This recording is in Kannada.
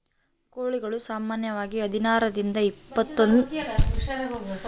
ಕೋಳಿಗಳು ಸಾಮಾನ್ಯವಾಗಿ ಹದಿನಾರರಿಂದ ಇಪ್ಪತ್ತೊಂದು ವಾರಗಳ ವಯಸ್ಸಿನಲ್ಲಿ ಮೊಟ್ಟೆಗಳನ್ನು ಹಾಕ್ತಾವ